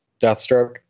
Deathstroke